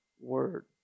Word